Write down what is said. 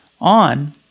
on